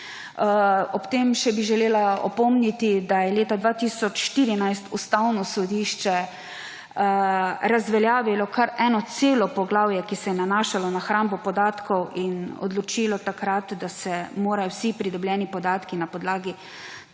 Ob tem še želela opomniti, da je leta 2014 Ustavno sodišče razveljavilo kar eno celo poglavje, ki se je nanašalo na hrambo podatkov, in odločilo takrat, da se morajo vsi pridobljeni podatki na podlagi